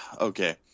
okay